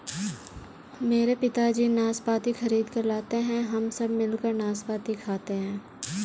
मेरे पिताजी नाशपाती खरीद कर लाते हैं हम सब मिलकर नाशपाती खाते हैं